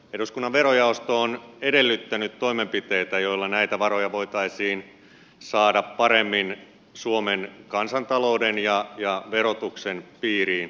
eduskunnan verojaosto on edellyttänyt toimenpiteitä joilla näitä varoja voitaisiin saada paremmin suomen kansantalouden ja verotuksen piiriin